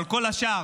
אבל כל השאר,